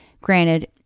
granted